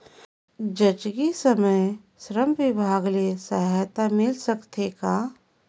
जचकी समय श्रम विभाग ले सहायता मिल सकथे का?